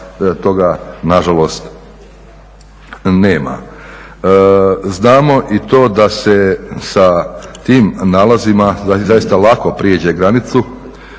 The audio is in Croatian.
toga nažalost nema. Znamo i to da se sa tim nalazima zaista lako prijeđe granicu